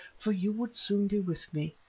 for you would soon be with me,